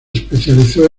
especializó